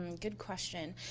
um and good question.